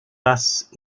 races